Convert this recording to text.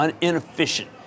inefficient